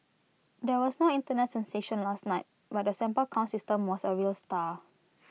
there was no Internet sensation last night but the sample count system was A real star